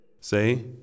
Say